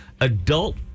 adult